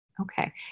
Okay